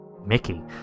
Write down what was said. Mickey